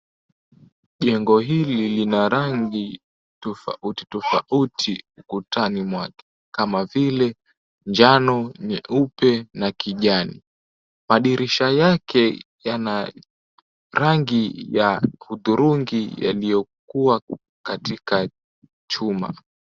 Jengo hili lina rangi tofauti tofauti ukutani mwake kama vile njano, nyeupe na kijani. Madirisha yake yana rangi ya hudhurungi yaliyokuwa katika chuma.